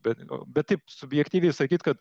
bet bet taip subjektyviai sakyt kad